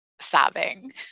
sobbing